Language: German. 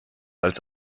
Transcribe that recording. als